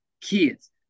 kids